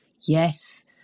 Yes